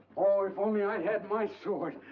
oh, if only i'd had my sword!